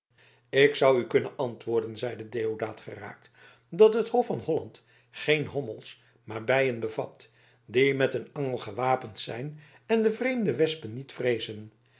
ik zou u kunnen antwoorden zeide deodaat geraakt dat het hof van holland geen hommels maar bijen bevat die met een angel gewapend zijn en de vreemde wespen niet vreezen